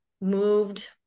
moved